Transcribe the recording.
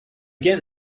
get